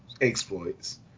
exploits